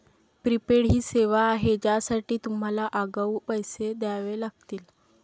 prepaid ही सेवा आहे ज्यासाठी तुम्हाला आगाऊ पैसे द्यावे लागतील